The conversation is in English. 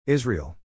Israel